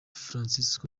francisco